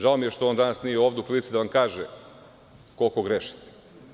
Žao mi je što on danas nije ovde u prilici da vam kaže koliko grešite.